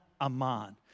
aman